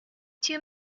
two